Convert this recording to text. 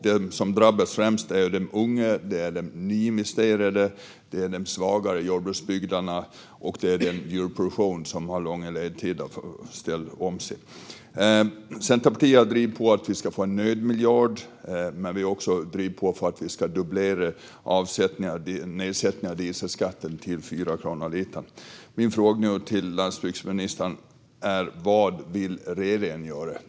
De som drabbas främst är de unga, de nyinvesterade, de svagare jordbruksbygderna och den djurproduktion som har långa ledtider för att ställa om sig. Centerpartiet har drivit på att vi ska få en nödmiljard. Men vi har också drivit på för att vi ska dubblera nedsättningar av dieselskatten till 4 kronor litern. Min fråga till landsbygdsministern är: Vad vill regeringen göra?